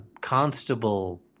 constable